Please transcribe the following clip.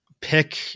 pick